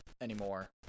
anymore